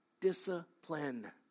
discipline